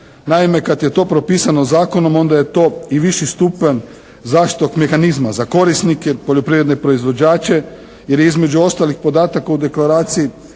Naime, kad je to propisano zakonom onda je to i viši stupanj zaštite od mehanizma za korisnike, poljoprivredne proizvođače jer je između ostalih podataka u deklaraciji